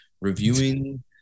reviewing